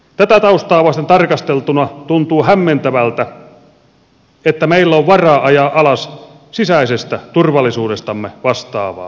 tätä taustaa vasten tarkasteltuna tuntuu hämmentävältä että meillä on varaa ajaa alas sisäisestä turvallisuudestamme vastaavaa organisaatiota